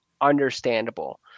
understandable